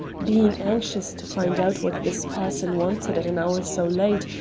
being anxious to find out what this person wanted at an hour so late,